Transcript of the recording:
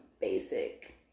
basic